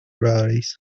rallies